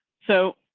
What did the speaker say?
so.